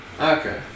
Okay